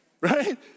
Right